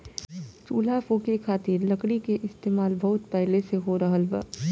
चूल्हा फुके खातिर लकड़ी के इस्तेमाल बहुत पहिले से हो रहल बा